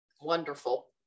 wonderful